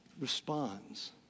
responds